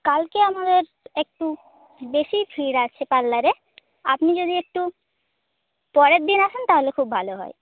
কালকে আমাদের একটু বেশিই ভিড় আছে পার্লারে আপনি যদি একটু পরের দিন আসেন তাহলে খুব ভালো হয়